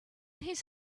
his